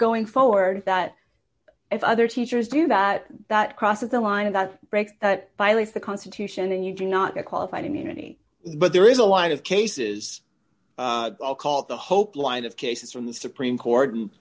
going forward that if other teachers do that that crosses the line of that break that violates the constitution and you do not get qualified immunity but there is a line of cases called the hope line of cases from the supreme court